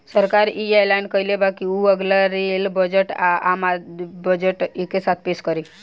सरकार इ ऐलान कइले बा की उ अगला रेल बजट आ, आम बजट एके साथे पेस करी